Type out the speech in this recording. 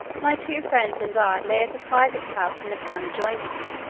my two friends and i lay at a private house in the town adjoining,